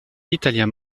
l’italien